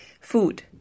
Food